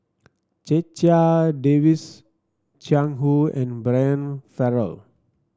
Checha Davies Jiang Hu and Brian Farrell